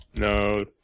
No